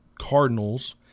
Cardinals